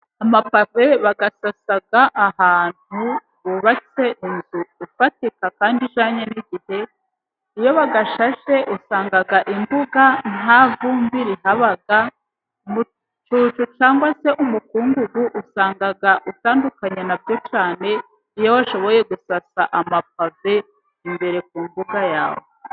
Amapave bayasasa ahantu hubatse inzu ifatika kandi ijyanye ry iyo bagashashe usanga imbuga ntavumbi rihaba. Umucucu cyangwa se umukungugu usanga utandukanye na byo cyane iyo washoboye gusasa amapave imbere ku mbuga yawe.